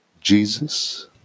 Jesus